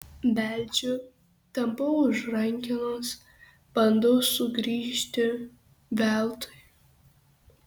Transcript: beldžiu tampau už rankenos bandau sugrįžti veltui